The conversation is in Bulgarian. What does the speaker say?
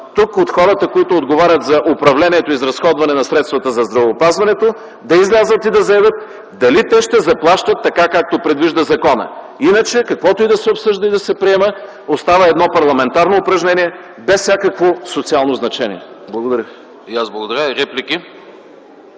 тук от хората, които отговарят за управлението „Изразходване на средствата за здравеопазването”, да излязат и да заявят дали те ще заплащат така, както предвижда закона. Иначе каквото и да се обсъжда и да се приема остава едно парламентарно упражнение без всякакво социално значение. Благодаря. ПРЕДСЕДАТЕЛ АНАСТАС